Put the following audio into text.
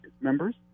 members